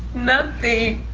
nothing.